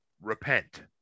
Repent